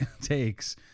takes